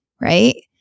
right